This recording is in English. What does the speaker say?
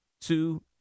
Two